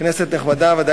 כנסת נכבדה,